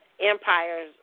empire's